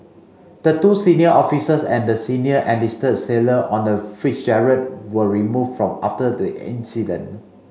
the two senior officers and the senior enlisted sailor on the Fitzgerald were removed from after the incident